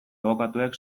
abokatuek